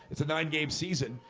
it's a nine game season,